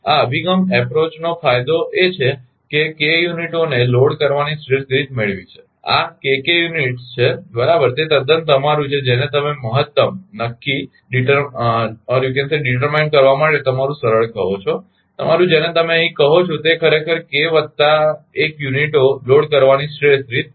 આ અભિગમનો ફાયદો એ છે કે k યુનિટો ને લોડ કરવાની શ્રેષ્ઠ રીત મેળવી છે આ કે કે યુનિટ્સ છે બરાબર તે તદ્દન તમારું છે જેને તમે મહત્તમ નક્કી કરવા માટે તમારું સરળ કહો છો તમારું જેને તમે અહીં કહો છો તે ખરેખર k વત્તા 1 યુનિટો લોડ કરવાની શ્રેષ્ઠ રીત છે